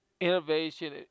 innovation